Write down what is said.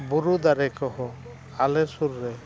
ᱵᱩᱨᱩ ᱫᱟᱨᱮ ᱠᱚᱦᱚᱸ ᱟᱞᱮ ᱥᱩᱨ ᱨᱮ